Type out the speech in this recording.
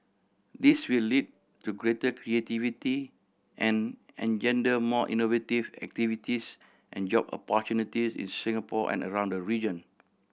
this will lead to greater creativity and engender more innovative activities and job opportunities in Singapore and around the region